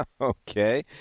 Okay